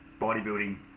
bodybuilding